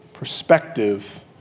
perspective